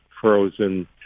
frozen